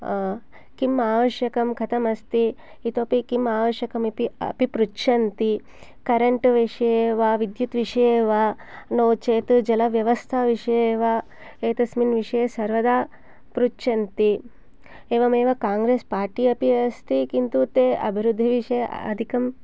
किम् आवश्यकम् कथम् अस्ति इतोऽपि किम् आवश्यकम् इति अपि पृच्छन्ति करेन्ट् विषये वा विद्युदविषये वा नो चेत् जलव्यवस्थाविषये वा एतस्मिन् विषये सवर्दा पृच्छन्ति एवमेव कंग्रेस् पार्टी अपि अस्ति किन्तु ते अभिवृद्धिविषये अधिकं